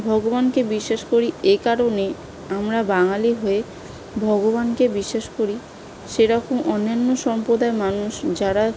ভগবানকে বিশ্বাস করি এ কারণে আমরা বাঙালি হয়ে ভগবানকে বিশ্বাস করি সেরকম অন্যান্য সম্প্রদায়ের মানুষ যারা